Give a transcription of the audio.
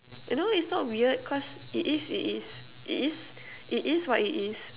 I don't know it's not weird cause it is it is it is it is what it is